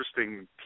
interesting